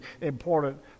important